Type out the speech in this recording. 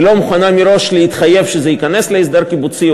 היא לא מוכנה להתחייב מראש שזה ייכנס להסדר קיבוצי,